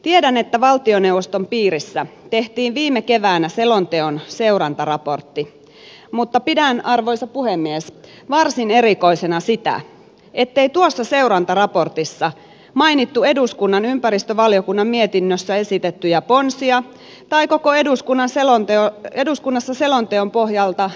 tiedän että valtioneuvoston piirissä tehtiin viime keväänä selonteon seurantaraportti mutta pidän arvoisa puhemies varsin erikoisena sitä ettei tuossa seurantaraportissa mainittu eduskunnan ympäristövaliokunnan mietinnössä esitettyjä ponsia tai koko eduskunnassa selonteon pohjalta tehtyä työtä